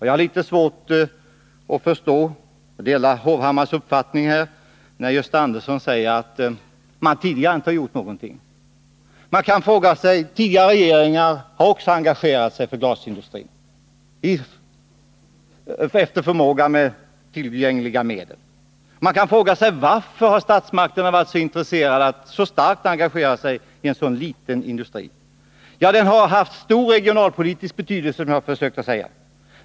Jag har litet svårt att förstå — jag delar Erik Hovhammars uppfattning härvidlag — Gösta Andersson när han säger att man tidigare inte gjort någonting. Tidigare regeringar har också engagerat sig för glasindustrin efter förmåga, med tillgängliga medel. Man kan fråga sig: Varför har statsmakterna varit så intresserade av att så starkt engagera sigi en så liten industri? Jo, det har haft stor regionalpolitisk betydelse, som jag har försökt klargöra.